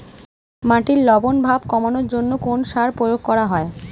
মাটির লবণ ভাব কমানোর জন্য কোন সার প্রয়োগ করা হয়?